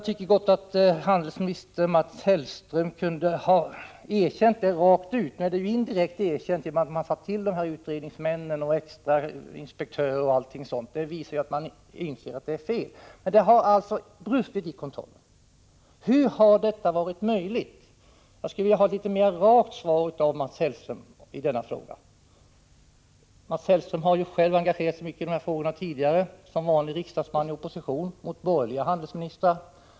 Utrikeshandelsministern kunde gott ha erkänt det rakt ut, när han indirekt har gjort det genom att tillsätta en utredning, extra inspektörer m.m. Det har alltså brustit i kontroll. Hur har detta varit möjligt? Jag skulle vilja ha ett mera rakt svar av Mats Hellström på denna fråga. Mats Hellström har själv engagerat sig mycket i dessa frågor tidigare, som vanlig riksdagsman i opposition mot borgerliga handelsministrar.